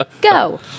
Go